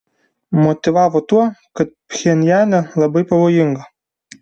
motyvavo tuo kad pchenjane labai pavojinga